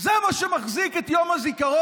זה מה שמחזיק את יום הזיכרון,